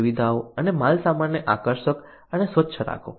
સુવિધાઓ અને માલસામાનને આકર્ષક અને સ્વચ્છ રાખો